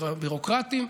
ביורוקרטיים,